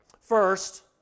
First